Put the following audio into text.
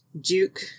duke